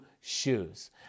shoes